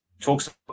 talks